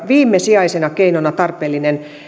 viimesijaisena keinona tarpeellinen